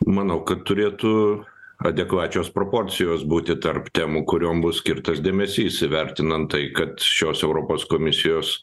manau kad turėtų adekvačios proporcijos būti tarp temų kuriom bus skirtas dėmesys įvertinant tai kad šios europos komisijos